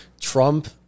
Trump